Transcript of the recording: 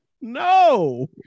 No